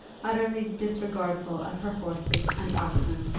utterly disregardful of her horses and oxen,